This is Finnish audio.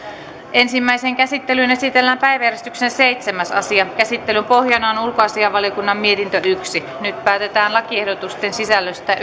ensimmäiseen käsittelyyn esitellään päiväjärjestyksen seitsemäs asia käsittelyn pohjana on on ulkoasiainvaliokunnan mietintö yksi nyt päätetään lakiehdotusten sisällöstä